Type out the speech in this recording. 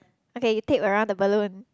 okay you tape around the balloon